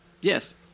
Yes